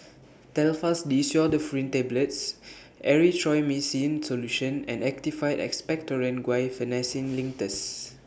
Telfast D Pseudoephrine Tablets Erythroymycin Solution and Actified Expectorant Guaiphenesin Linctus